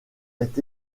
est